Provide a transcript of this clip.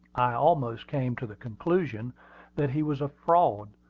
i almost came to the conclusion that he was a fraud,